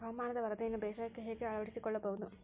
ಹವಾಮಾನದ ವರದಿಯನ್ನು ಬೇಸಾಯಕ್ಕೆ ಹೇಗೆ ಅಳವಡಿಸಿಕೊಳ್ಳಬಹುದು?